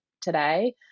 today